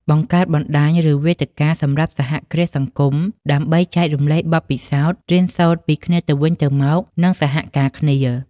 បង្កើតបណ្តាញ ឬវេទិកាសម្រាប់សហគ្រាសសង្គម ដើម្បីចែករំលែកបទពិសោធន៍ រៀនសូត្រពីគ្នាទៅវិញទៅមក និងសហការគ្នា ។